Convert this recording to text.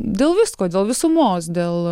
dėl visko dėl visumos dėl